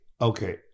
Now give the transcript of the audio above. Okay